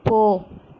போ